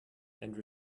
and